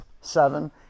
seven